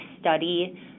study